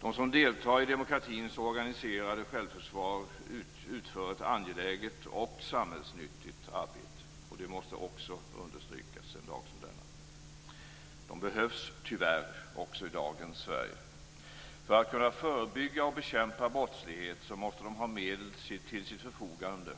De som deltar i demokratins organiserade självförsvar utför ett angeläget och samhällsnyttigt arbete. Det måste också understrykas en dag som denna. De behövs, tyvärr, också i dagens Sverige. För att kunna förebygga och bekämpa brottslighet måste de ha medel till sitt förfogande.